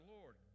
Lord